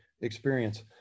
experience